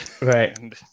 right